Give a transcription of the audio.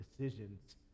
decisions